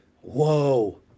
Whoa